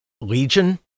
legion